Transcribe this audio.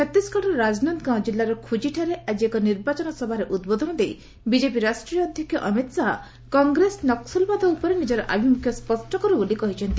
ଛତିଶଗଡ଼ର ରାଜନନ୍ଦଗାଓଁ ଜିଲ୍ଲାର ଖୁଜିଠାରେ ଆଜି ଏକ ନିର୍ବାଚନ ସଭାରେ ଉଦ୍ବୋଧନ ଦେଇ ବିଜେପି ରାଷ୍ଟ୍ରୀୟ ଅଧ୍ୟକ୍ଷ ଅମିତ ଶାହା କଂଗ୍ରେସ ନକୁଲବାଦ ଉପରେ ନିଜର ଆଭିମୁଖ୍ୟ ସ୍ୱଷ୍ଟ କରୁ ବୋଲି କହିଛନ୍ତି